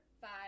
five